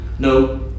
No